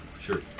Sure